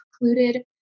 included